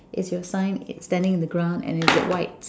is your sign standing in the ground and is it white